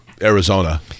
Arizona